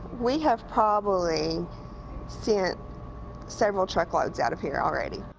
we have probably sent several truck loads out of here already.